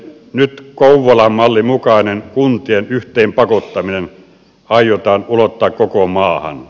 nyt kouvolan mallin mukainen kuntien yhteen pakottaminen aiotaan ulottaa koko maahan